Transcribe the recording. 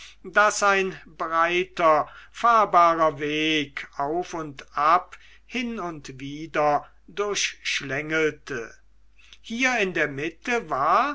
das ein breiter fahrbarer weg auf und ab hin und wider durchschlängelte hier in der mitte war